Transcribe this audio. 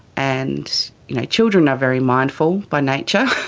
and you know children are very mindful by nature,